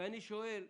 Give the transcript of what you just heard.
אני שואל: